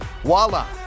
Voila